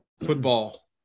football